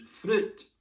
fruit